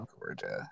gorgeous